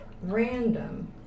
random